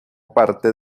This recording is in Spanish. parte